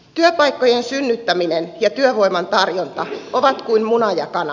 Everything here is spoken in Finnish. työpaikkojen synnyttäminen ja työvoiman tarjonta ovat kuin muna ja kana